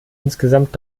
insgesamt